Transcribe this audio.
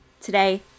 Today